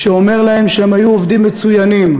שאומר להם שהם היו עובדים מצוינים,